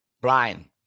Brian